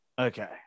okay